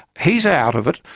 he's out of it.